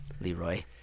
Leroy